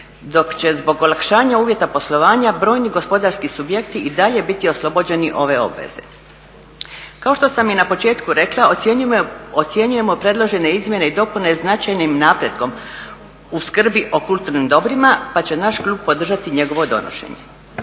dok će zbog olakšanja uvjeta poslovanja brojni gospodarski subjekti i dalje biti oslobođeni ove obveze. Kao što sam i na početku rekla ocjenjujemo predložene izmjene i dopune značajnim napretkom u skrbi o kulturnim dobrima pa će naš klub podržati njegovo donošenje.